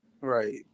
Right